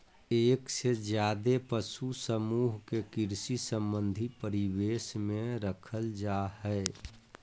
एक से ज्यादे पशु समूह के कृषि संबंधी परिवेश में रखल जा हई